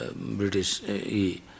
British